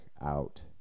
out